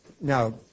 now